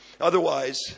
Otherwise